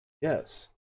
Yes